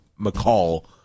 mccall